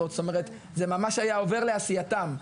זה היה ממש עובר לעשייתם,